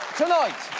tonight,